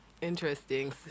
Interesting